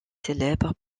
célèbre